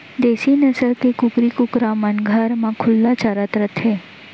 देसी नसल के कुकरी कुकरा मन घर म खुल्ला चरत रथें